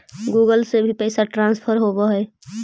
Google से भी पैसा ट्रांसफर होवहै?